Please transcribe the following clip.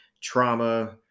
trauma